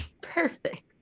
perfect